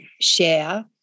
share